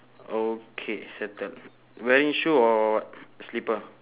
okay settle wearing shoe or what slipper